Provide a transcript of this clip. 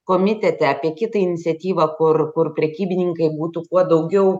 komitete apie kitą iniciatyvą kur kur prekybininkai būtų kuo daugiau